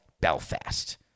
Belfast